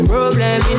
Problem